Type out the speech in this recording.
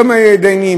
ולא מתדיינים,